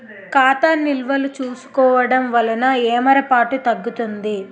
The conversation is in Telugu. ఖాతా నిల్వలు చూసుకోవడం వలన ఏమరపాటు తగ్గుతుంది